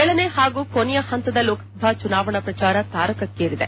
ಏಳನೇ ಹಾಗೂ ಕೊನೆಯ ಹಂತದ ಲೋಕಸಭಾ ಚುನಾವಣಾ ಪ್ರಚಾರ ತಾರಕಕ್ಕೇರಿದೆ